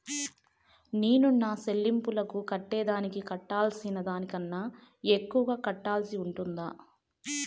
నేను నా సెల్లింపులకు కట్టేదానికి కట్టాల్సిన దానికన్నా ఎక్కువగా కట్టాల్సి ఉంటుందా?